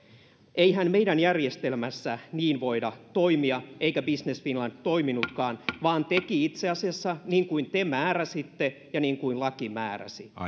eihän meidän järjestelmässä niin voida toimia eikä business finland toiminutkaan vaan teki itse asiassa niin kuin te määräsitte ja niin kuin laki määräsi